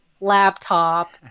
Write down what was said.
laptop